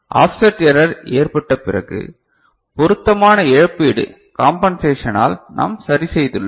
offset error ஏற்பட்ட பிறகு பொருத்தமான இழப்பீடு காம்பென்செஷனால் நாம் சரிசெய்துள்ளோம்